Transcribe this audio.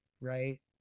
Right